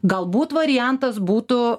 galbūt variantas būtų